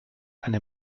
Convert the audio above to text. eine